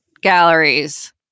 galleries